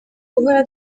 guhora